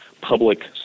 public